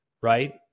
Right